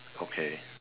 okay